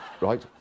right